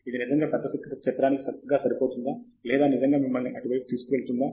ఇది నిజంగా పెద్ద చిత్రానికి చక్కగా సరిపోతుందా లేదా నిజంగా మిమ్మల్ని అటు వైపు తీసుకెళ్తుందా